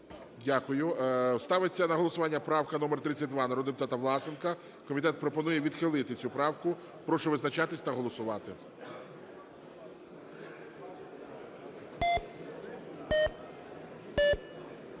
Дякую. Ставиться на голосування правка номер 32 народного депутата Власенка. Комітет пропонує відхилити цю правку. Прошу визначатись та голосувати.